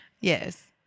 Yes